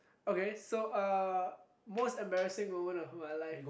okay so uh most embarrassing moment of my life